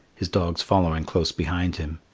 his dogs following close behind him.